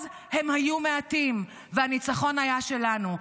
אז הם היו מעטים והניצחון היה שלנו".